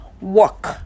work